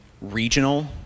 regional